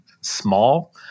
small